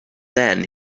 then